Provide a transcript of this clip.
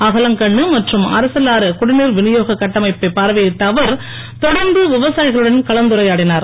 அகலங்கண்ணு மற்றும் அரசலாறு குடிநீர் விநியோக கட்டமைப்பை பார்வையிட்ட அவர் தொடர்ந்து விவசாயிகளுடன் கலந்துரையாடினார்